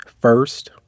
first